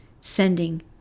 sending